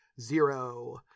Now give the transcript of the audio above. zero